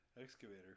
excavator